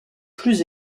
plus